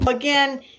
Again